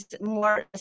more